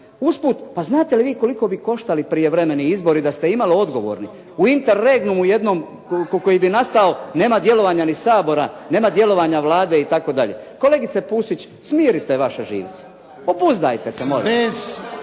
Usput, pa znate li vi koliko bi koštali prijevremeni izbori da ste imalo odgovorni u interegnumu jednom koji bi nastao, nema ni djelovanja ni Sabor, nema djelovanja ni Vlade itd. Kolegice Pusić smirite vaše živce. Obuzdajte se. Molim